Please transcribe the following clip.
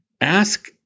ask